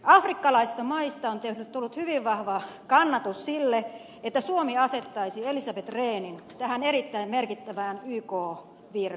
afrikkalaisista maista on tullut hyvin vahva kannatus sille että suomi asettaisi elisabeth rehnin tähän erittäin merkittävään yk virkaan